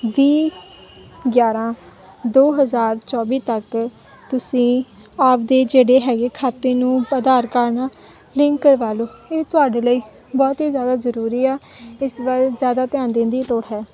ਵੀਹ ਗਿਆਰ੍ਹਾਂ ਦੋ ਹਜ਼ਾਰ ਚੌਵੀ ਤੱਕ ਤੁਸੀਂ ਆਪਣੇ ਜਿਹੜੇ ਹੈਗੇ ਖਾਤੇ ਨੂੰ ਆਧਾਰ ਕਾਰਡ ਨਾਲ ਲਿੰਕ ਕਰਵਾ ਲਓ ਇਹ ਤੁਹਾਡੇ ਲਈ ਬਹੁਤ ਹੀ ਜ਼ਿਆਦਾ ਜ਼ਰੂਰੀ ਆ ਇਸ ਵੱਲ ਜ਼ਿਆਦਾ ਧਿਆਨ ਦੇਣ ਦੀ ਲੋੜ ਹੈ